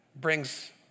brings